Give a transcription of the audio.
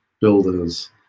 builders